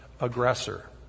aggressor